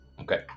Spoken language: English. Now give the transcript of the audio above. Okay